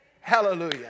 hallelujah